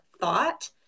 thought